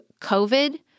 COVID